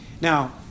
Now